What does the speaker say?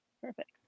Perfect